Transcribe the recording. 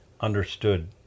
understood